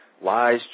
lies